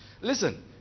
Listen